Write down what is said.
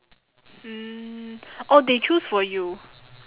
mm oh they choose for you